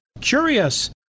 curious